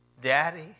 Daddy